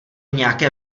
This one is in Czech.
nějaké